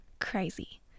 crazy